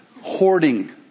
Hoarding